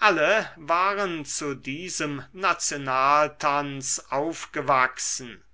alle waren zu diesem nationaltanz aufgewachsen